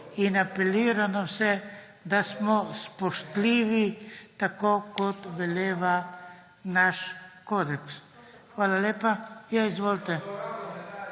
Hvala lepa